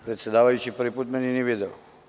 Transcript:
Predsedavajući prvi put mene nije video.